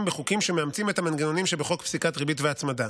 בחוקים שמאמצים את המנגנונים שבחוק פסיקת ריבית והצמדה.